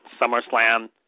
SummerSlam